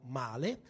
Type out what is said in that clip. male